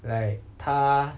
like 她